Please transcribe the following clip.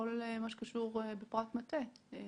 בכל מה שקשור בפרט מטעה.